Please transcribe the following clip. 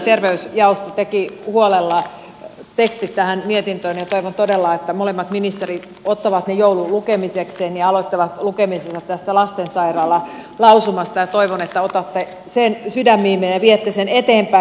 kunta ja terveysjaosto teki huolella tekstit tähän mietintöön ja toivon todella että molemmat ministerit ottavat ne joululukemisekseen ja aloittavat lukemisensa tästä lastensairaalalausumasta ja toivon että otatte sen sydämiinne ja viette sen eteenpäin